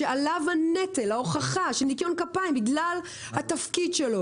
שעליו נטל ההוכחה של ניקיון כפיים בגלל התפקיד שלו,